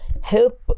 help